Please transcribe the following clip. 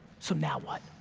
so now what?